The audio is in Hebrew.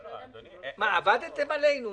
מה, עבדתם עלינו?